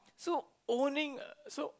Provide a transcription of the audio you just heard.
so owning a so